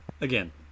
again